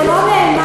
זה לא נאמר,